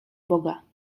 boga